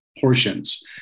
portions